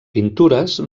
pintures